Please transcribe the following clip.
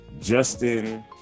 Justin